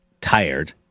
tired